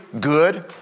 good